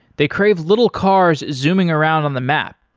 they crave little cars zooming around on the map.